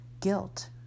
guilt